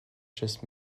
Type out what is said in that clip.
just